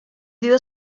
dio